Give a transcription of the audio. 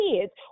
kids